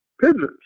pigeons